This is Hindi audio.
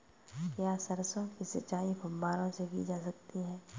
क्या सरसों की सिंचाई फुब्बारों से की जा सकती है?